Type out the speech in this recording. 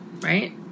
right